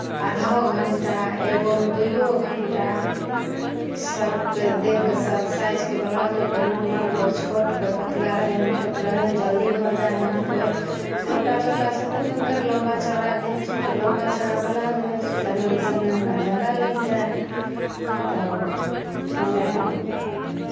आधो घण्टा एगोमे दुइओ घण्टा सभके देहके सभ साइजके ब्लाउज कोइ नमहर कोइ छोट कोइ पतला रहै हन छोट रहै हन जल्दी भऽ जाइ हन कोइ मोटा चोटा छथिन तऽ हुनकर लम्बा चौड़ा देह छै तऽ लम्बा चौड़ा ब्लाउज रहै छै तहन ओहिमे समय हमरा ज्यादा लागि जाइ हए तऽ हमे